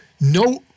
No